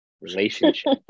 Relationship